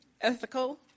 ethical